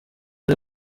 ari